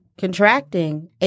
contracting